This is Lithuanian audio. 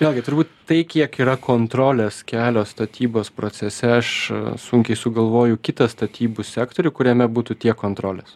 vėlgi turbūt tai kiek yra kontrolės kelio statybos procese aš sunkiai sugalvoju kitą statybų sektorių kuriame būtų tiek kontrolės